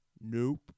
Nope